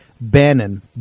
Bannon